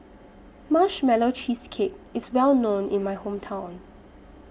Marshmallow Cheesecake IS Well known in My Hometown